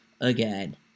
again